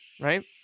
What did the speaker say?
right